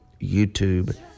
YouTube